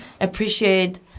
appreciate